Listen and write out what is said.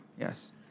Yes